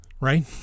right